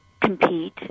compete